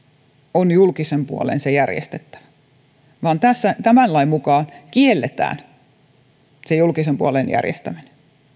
on julkisen puolen se järjestettävä vaan tämän lain mukaan kielletään julkisen puolen järjestäminen